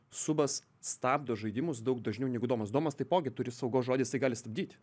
subas stabdo žaidimus daug dažniau negu domas domas taipogi turi saugos žodį jisai gali stabdyt